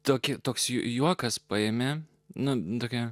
tokį toks jų juokas paėmė naminukę